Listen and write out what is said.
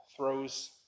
throws